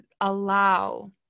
allow